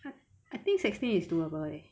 !huh! I think sixteen is doable leh